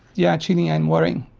yeah chilling and worrying.